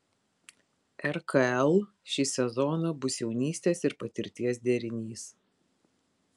rkl šį sezoną bus jaunystės ir patirties derinys